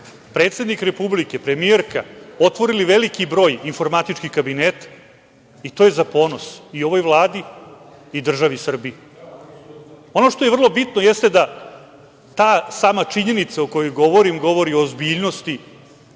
predsednik republike, premijerka, otvorili veliki broj informatičkih kabineta i to je za ponos i ovoj Vladi i državi Srbiji. Ono što je vrlo bitno jeste da ta sama činjenica o kojoj govorim, govori o ozbiljnosti